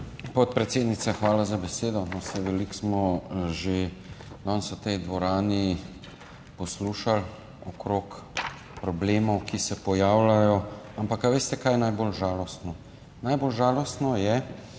Podpredsednica, hvala za besedo. Veliko smo že danes v tej dvorani poslušali okrog problemov, ki se pojavljajo, ampak a veste, kaj je najbolj žalostno? Najbolj žalostno je,